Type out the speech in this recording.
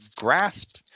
grasp